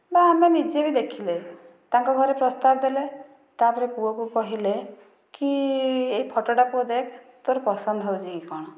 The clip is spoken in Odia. ବା ଆମେ ନିଜେ ବି ଦେଖିଲେ ତାଙ୍କ ଘରେ ପ୍ରସ୍ତାବ ଦେଲେ ତା'ପରେ ପୁଅକୁ କହିଲେ କି ଏଇ ଫଟୋଟା ପୁଅ ଦେଖ ତୋର ପସନ୍ଦ ହେଉଛି କି କ'ଣ